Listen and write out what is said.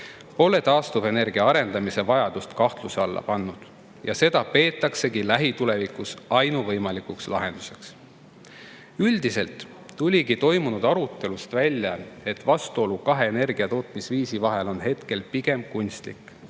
pole taastuvenergia arendamise vajadust kahtluse alla pannud ja seda peetaksegi lähitulevikus ainuvõimalikuks lahenduseks. Üldiselt tuligi toimunud arutelust välja, et vastuolu kahe energiatootmisviisi vahel on hetkel pigem kunstlik,